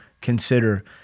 consider